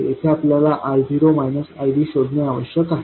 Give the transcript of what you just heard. येथे आपल्याला I0 ID शोधणे आवश्यक आहे